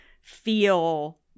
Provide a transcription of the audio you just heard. feel